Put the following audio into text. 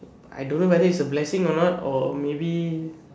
I don't know whether it's a blessing or not or maybe